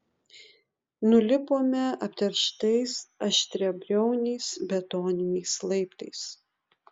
nulipome apterštais aštriabriauniais betoniniais laiptais